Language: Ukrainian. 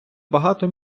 багато